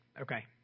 Okay